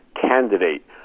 candidate